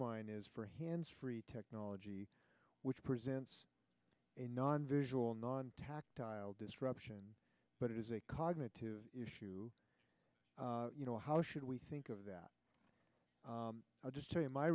mind is for a hands free technology which presents a non visual non tactile disruption but it is a cognitive issue you know how should we think of that i'll just say my